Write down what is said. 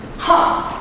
huh.